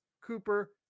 Cooper